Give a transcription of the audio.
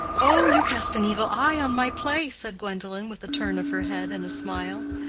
oh, you cast an evil eye on my play, said gwendolen, with a turn of her head and a smile.